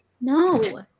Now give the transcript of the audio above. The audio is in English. No